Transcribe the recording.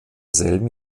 selben